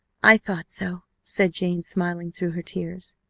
i thought so said jane, smiling through her tears.